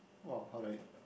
!wow! how do I